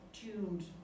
tuned